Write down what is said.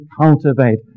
cultivate